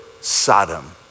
Sodom